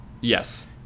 Yes